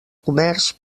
comerç